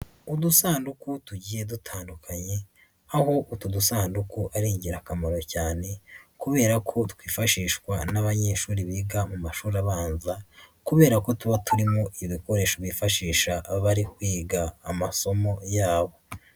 Udusanduku tugiye dutandukanye, aho utu dusanduku ari ingirakamaro cyane kubera ko twifashishwa n'abanyeshuri biga mu mashuri abanza kubera ko tuba turimo ibikoresho bifashisha abari kwiga amasomo yabo.